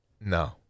No